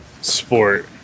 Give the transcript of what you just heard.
Sport